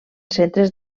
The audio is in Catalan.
centres